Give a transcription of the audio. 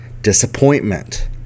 disappointment